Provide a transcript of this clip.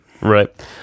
Right